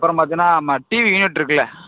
அப்புறம் பார்த்தீங்கன்னா நம்ம டிவி யூனிட் இருக்கில்ல